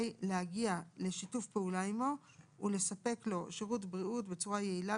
להגיע לשיתוף פעולה עמו ולספק לו שירות בריאות בצורה יעילה,